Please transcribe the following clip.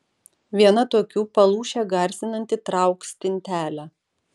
viena tokių palūšę garsinanti trauk stintelę